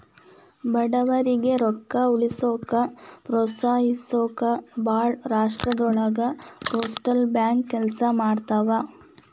ಬಡವರಿಗಿ ರೊಕ್ಕ ಉಳಿಸೋಕ ಪ್ರೋತ್ಸಹಿಸೊಕ ಭಾಳ್ ರಾಷ್ಟ್ರದೊಳಗ ಪೋಸ್ಟಲ್ ಬ್ಯಾಂಕ್ ಕೆಲ್ಸ ಮಾಡ್ತವಾ